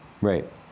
right